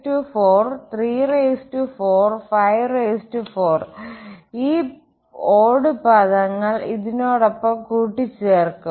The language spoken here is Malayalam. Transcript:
14 34 54 ഈ ഓഡ്ഡ് പാദങ്ങൾ നോടൊപ്പം കൂട്ടിച്ചേർക്കും